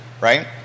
right